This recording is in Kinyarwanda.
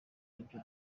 ibyo